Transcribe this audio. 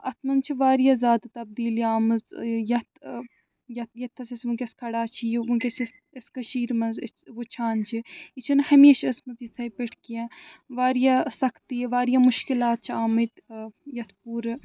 اتھ منٛز چھِ وارِیاہ زیادٕ تبدیٖلی آمٕژ یَتھ ییٚتِتھَس أسۍ وٕنۍکٮ۪س کھڑا چھِ یہِ وٕنۍکٮ۪س چھِ أسۍ کٔشیٖرِ منٛز وٕچھان چھِ یہِ چھِنہٕ ہمیشہِ ٲسمٕژ یِتھَے پٲٹھۍ کیٚنٛہہ وارِیاہ سختی وارِیاہ مُشکِلات چھِ آمٕتۍ یَتھ پوٗرٕ